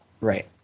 Right